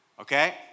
okay